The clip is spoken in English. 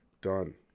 Done